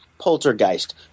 poltergeist